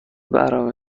برنامه